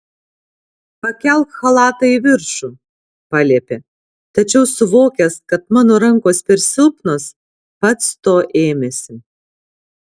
pakelk chalatą į viršų paliepė tačiau suvokęs kad mano rankos per silpnos pats to ėmėsi